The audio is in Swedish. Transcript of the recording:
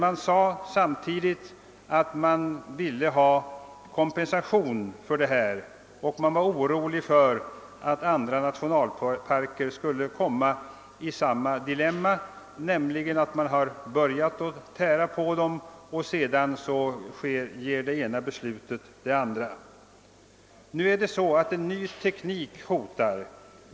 Samtidigt ville man emellertid ha kompensation för detta ingrepp och var orolig för att andra nationalparker skulle komma i samma dilemma genom att man började tära på dem, varefter det ena beslutet skulle ge det andra. Nu hotar en ny teknik.